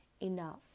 enough